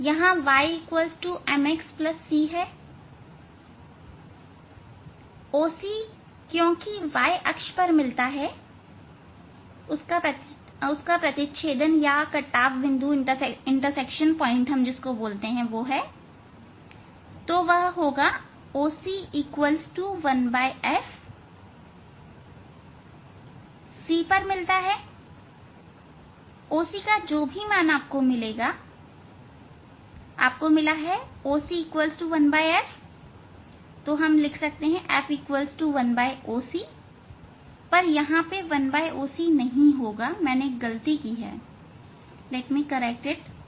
यहाँ y mx c OC क्योंकि y अक्ष पर मिलता है उसका प्रतिछेदन या कटाव है वह होगा OC 1 f c पर मिलता हैOC का जो भी मान आपको मिलेगा जो है OC 1 f या f 1 OC पर यहां यह 1OC नहीं होगी मैंने गलती की मैं इसे ठीक करता हूँ